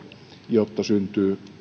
jotta syntyy